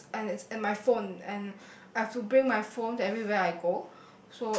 as and it's in my phone and I have to bring my phone everywhere I go